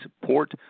support